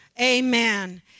amen